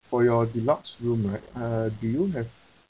for your deluxe room right uh do you have